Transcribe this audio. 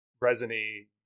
resiny